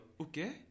okay